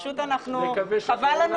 זו שאלה